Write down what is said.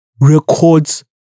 records